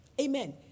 Amen